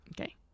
Okay